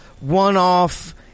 one-off